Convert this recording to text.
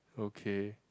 okay